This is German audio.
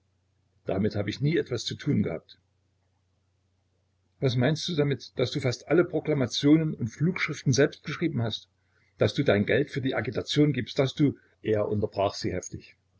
damit hab ich nie etwas zu tun gehabt was meinst du denn damit daß du fast alle proklamationen und flugschriften selbst geschrieben hast daß du dein geld für die agitation gibst daß du er unterbrach sie heftig